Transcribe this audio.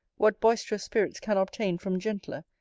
what boisterous spirits can obtain from gentler,